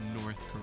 North